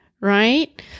right